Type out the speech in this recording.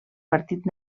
partit